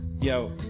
yo